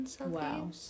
Wow